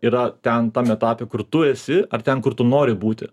yra ten tam etape kur tu esi ar ten kur tu nori būti